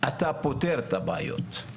אתה פותר את הבעיות.